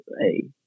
hey